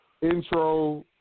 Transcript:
intro